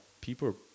people